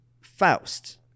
Faust